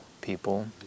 people